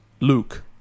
Luke